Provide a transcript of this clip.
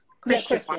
christian